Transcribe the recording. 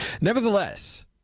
Nevertheless